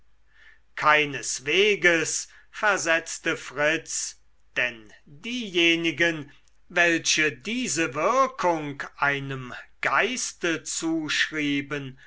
keinesweges versetzte fritz denn diejenigen welche diese wirkung einem geiste zuschrieben